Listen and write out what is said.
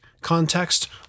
context